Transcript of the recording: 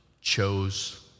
chose